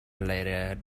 later